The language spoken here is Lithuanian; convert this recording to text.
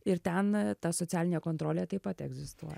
ir ten ta socialinė kontrolė taip pat egzistuoja